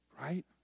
Right